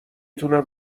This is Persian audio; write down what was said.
تونم